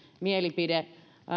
mielipide